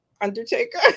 undertaker